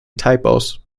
typos